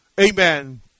amen